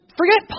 forget